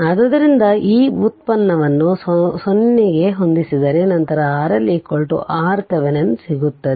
ಆದ್ದರಿಂದ ಈ ವ್ಯುತ್ಪನ್ನವನ್ನು 0 ಕ್ಕೆ ಹೊಂದಿಸಿದರೆ ನಂತರ RL RThevenin ಸಿಗುತ್ತದೆ